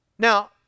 Now